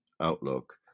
outlook